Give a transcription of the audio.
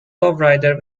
lowrider